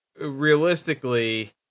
realistically